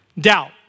doubt